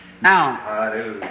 Now